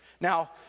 now